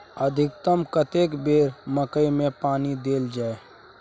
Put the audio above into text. अधिकतम कतेक बेर मकई मे पानी देल जाय?